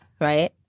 right